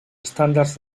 estàndards